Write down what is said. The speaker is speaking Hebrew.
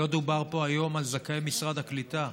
לא דובר פה היום על זכאי משרד הקליטה.